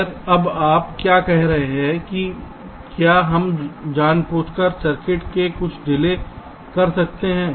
खैर अब आप क्या कह रहे हैं कि क्या हम जानबूझकर सर्किट में कुछ डिले कर सकते हैं